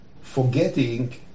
forgetting